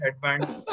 headband